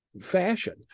fashion